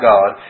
God